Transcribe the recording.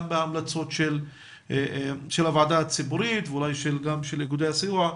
גם בהמלצות של הוועדה הציבורית ואולי גם של איגודי הסיוע,